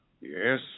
Yes